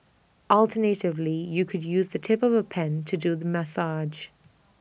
alternatively you can use the tip of A pen to do the massage